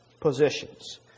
positions